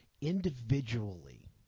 individually